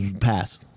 Pass